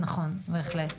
נכון, בהחלט.